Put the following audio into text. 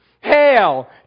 Hail